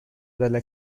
dalla